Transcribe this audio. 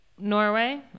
norway